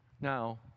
Now